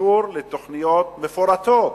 אישור לתוכניות מפורטות.